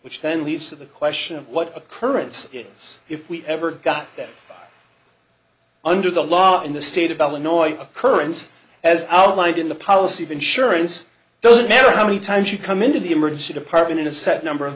which then leads to the question of what occurrence it is if we ever got them under the law in the state of illinois occurrence as outlined in the policy of insurance those america many times you come in to the emergency department in a set number of